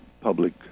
public